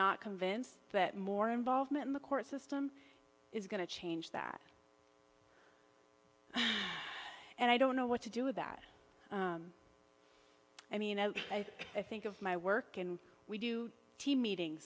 not convinced that more involvement in the court system is going to change that and i don't know what to do with that i mean i think of my work and we do team meetings